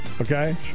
Okay